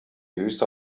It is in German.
höchste